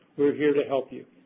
we're here to help you.